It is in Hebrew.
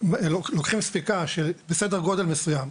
זאת אומרת זה שלוקחים ספיקה בסדר גודל מסוים,